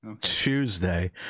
Tuesday